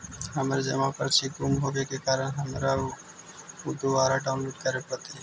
हमर जमा पर्ची गुम होवे के कारण हमारा ऊ दुबारा डाउनलोड करे पड़तई